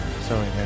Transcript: Sorry